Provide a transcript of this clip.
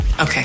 Okay